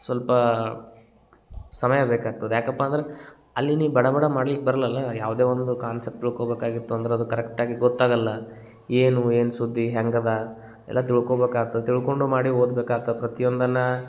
ಸಲ್ಪ ಸಮಯ ಬೇಕಾಗ್ತದೆ ಯಾಕಪ್ಪ ಅಂದ್ರೆ ಅಲ್ಲಿ ನಿ ಬಡ ಬಡ ಮಾಡ್ಲಿಕ್ಕೆ ಬರಲ್ಲಲ್ಲ ಯಾವುದೇ ಒಂದು ಕಾನ್ಸೆಪ್ಟ್ ತಿಳ್ಕೊಬೇಕಾಗಿತ್ತು ಅಂದ್ರೆ ಅದು ಕರೆಕ್ಟಾಗಿ ಗೊತ್ತಾಗಲ್ಲ ಏನು ಏನು ಸುದ್ದಿ ಹೆಂಗದೆ ಎಲ್ಲ ತಿಳ್ಕೊಬೇಕಾತ್ ತಿಳ್ಕೊಂಡು ಮಾಡಿ ಓದಬೇಕಾತ್ತ ಪ್ರತ್ಯೊಂದನ್ನು